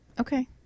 okay